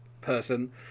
person